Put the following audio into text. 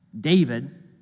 David